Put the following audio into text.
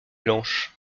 blanche